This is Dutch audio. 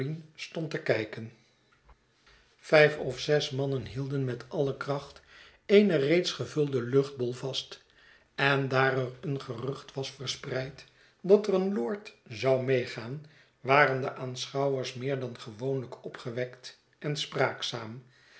stond te kijken vijf of zes mannen hielden met alle kracht een reeds gevulden luchtbol vast en daar er een gerucht was verspreid dat er een lord zou meegaan waren de aanschouwers meer dan gewoonlijk opgewekt en spraakzaam